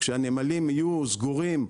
שהנמלים יהיו סגורים,